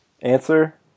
Answer